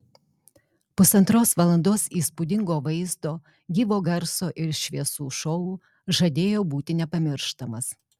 pusantros valandos įspūdingo vaizdo gyvo garso ir šviesų šou žadėjo būti nepamirštamas